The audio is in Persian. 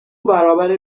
برابر